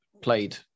played